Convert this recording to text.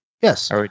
Yes